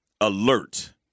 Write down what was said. alert